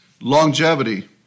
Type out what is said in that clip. longevity